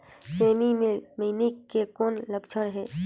सेमी मे मईनी के कौन लक्षण हे?